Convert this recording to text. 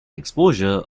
exposure